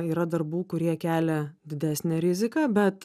yra darbų kurie kelia didesnę riziką bet